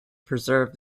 preserve